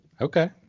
Okay